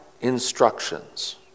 instructions